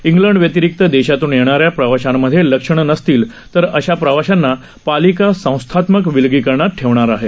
इंग्लंडव्यतिरिक्तदेशातूनयेणाऱ्याप्रवाशांमध्येलक्षणंनसतीलतरअशाप्रवाशांनापालिकासंस्थात्मकविलगिकर णातठेवणारआहे